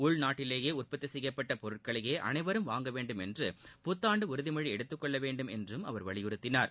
உள்நாட்டிலேயே உற்பத்தி செய்யப்பட்ட பொருட்களையே அளைவரும் வாங்க வேண்டும் என்று புத்தாண்டு உறுதிமொழி எடுத்துக்கொள்ள வேண்டும் என்றும் அவர் வலியுறுத்தினார்